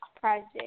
project